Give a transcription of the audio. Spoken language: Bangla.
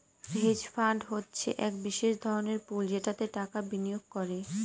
হেজ ফান্ড হচ্ছে এক বিশেষ ধরনের পুল যেটাতে টাকা বিনিয়োগ করে